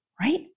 right